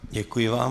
Děkuji vám.